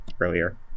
earlier